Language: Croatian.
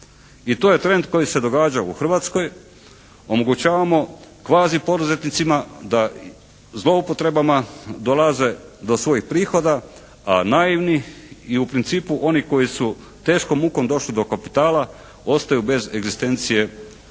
I to je trend koji se događa u Hrvatskoj. Omogućavamo kvazipoduzetnicima da zloupotrebama dolaze do svojih prihoda, a naivni i u principu oni koji su teškom mukom došli do kapitala ostaju bez egzistencije u budućnosti.